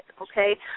okay